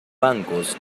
bancos